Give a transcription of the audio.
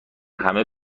همه